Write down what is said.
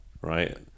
right